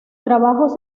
trabajos